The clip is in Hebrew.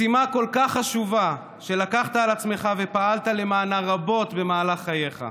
משימה כל כך חשובה שלקחת על עצמך ופעלת למענה רבות במהלך חייך.